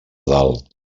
dalt